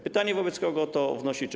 Pytanie, wobec kogo to wnosicie.